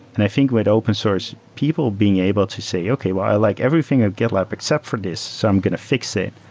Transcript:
and i think with open source, source, people being able to say, okay. well, i like everything at gitlab, except for this. so i'm going to fix it.